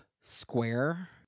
square